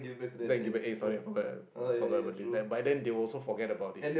then give back eh sorry lah I forgot ah forgot about this but by then they also forget about it